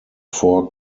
four